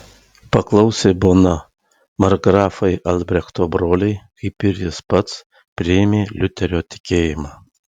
paklausė bona markgrafai albrechto broliai kaip ir jis pats priėmė liuterio tikėjimą